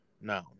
no